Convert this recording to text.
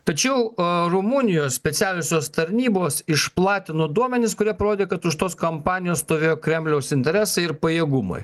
tačiau rumunijos specialiosios tarnybos išplatino duomenis kurie parodė kad už tos kampanijos stovėjo kremliaus interesai ir pajėgumai